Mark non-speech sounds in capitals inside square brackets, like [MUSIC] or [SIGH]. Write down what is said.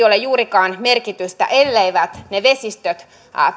[UNINTELLIGIBLE] ole juurikaan merkitystä elleivät ne vesistöt